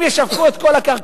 אם ישווקו את כל הקרקעות,